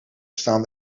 staan